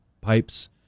pipes